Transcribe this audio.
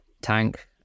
tank